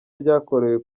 ryakorewe